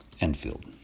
Enfield